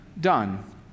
done